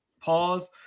Pause